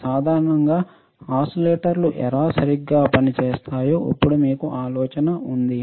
సాధారణంగా ఓసిలేటర్లు ఎలా సరిగ్గా పనిచేస్తాయో ఇప్పుడు మీకు ఒక ఆలోచన ఉంది